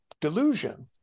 delusion